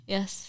Yes